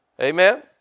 Amen